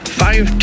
five